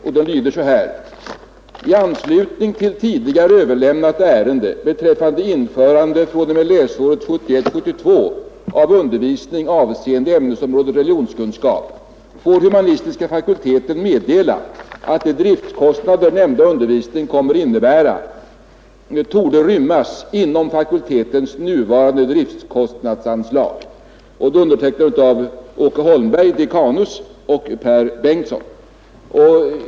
Brevet lyder så här: ”I anslutning till tidigare överlämnat ärende beträffande införande fr.o.m. läsåret 1971/72 av undervisning avseende ämnesområdet religionskunskap får humanistiska fakulteten meddela att de driftkostnader nämnda undervisning kommer att innebära torde rymmas inom fakultetens nuvarande driftkostnadsanslag.” Brevet är undertecknat Åke Holmberg, dekanus, och Per Bengtsson.